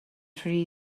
rhy